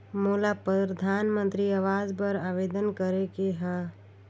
मोला परधानमंतरी आवास बर आवेदन करे के हा?